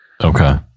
Okay